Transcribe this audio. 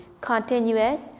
continuous